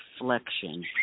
reflection